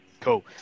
Cool